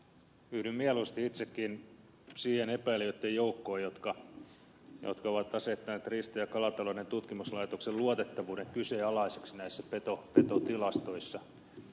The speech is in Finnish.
yhdyn mieluusti itsekin niiden epäilijöitten joukkoon jotka ovat asettaneet riista ja kalatalouden tutkimuslaitoksen luotettavuuden kyseenalaiseksi näissä petotilastoissa